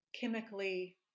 chemically